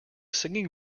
singing